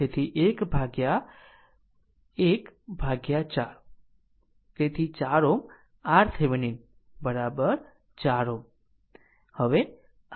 તેથી 1 ભાગ્યા 1 ભાગ્યા 4 તેથી 4 Ω RThevenin 4 Ω